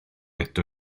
eto